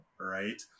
right